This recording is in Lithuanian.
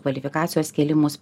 kvalifikacijos kėlimus